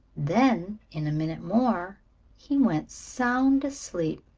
then in a minute more he went sound asleep.